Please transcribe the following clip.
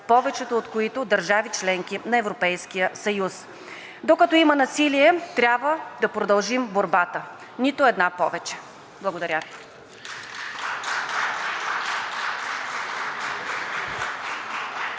повечето от които държави – членки на Европейския съюз. Докато има насилие, трябва да продължим борбата, нито една повече. Благодаря